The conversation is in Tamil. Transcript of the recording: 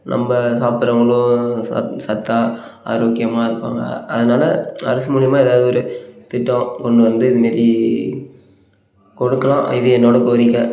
நம்ம சாப்பிட்றவங்களும் சத் சத்தாக ஆரோக்கியமாக இருப்பாங்கள் அதனால் அரசு மூலயமா ஏதாவது ஒரு திட்டம் கொண்டு வந்து இது மாரி கொடுக்கலாம் இது என்னோடய கோரிக்கை